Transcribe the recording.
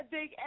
Big